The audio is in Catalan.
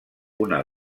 una